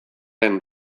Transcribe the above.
ren